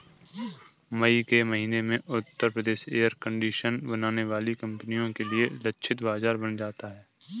मई के महीने में उत्तर प्रदेश एयर कंडीशनर बनाने वाली कंपनियों के लिए लक्षित बाजार बन जाता है